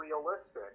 realistic